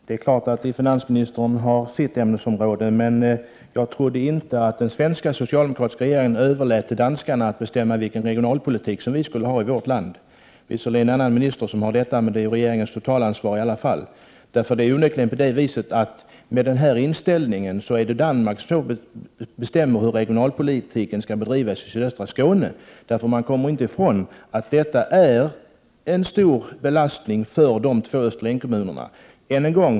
Herr talman! Finansministern har givetvis sitt ämnesområde. Jag trodde inte att den svenska socialdemokratiska regeringen överlät till danskarna att bestämma vilken regionalpolitik vi skall ha i vårt land. Det här faller visserligen under en annans ministers område, men regeringen har i varje fall ett totalansvar. Med den här inställningen är det onekligen så att Danmark bestämmer hur regionalpolitiken skall bedrivas i sydöstra Skåne. Man kommer inte ifrån att det är en stor belastning för de två Österlenkommunerna.